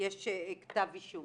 יש כתב אישום.